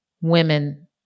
women